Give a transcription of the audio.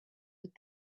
but